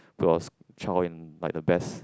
to us child in like the best